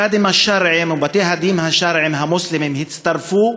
הקאדים השרעים ובתי-הדין השרעיים המוסלמיים הצטרפו